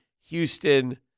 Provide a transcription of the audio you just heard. Houston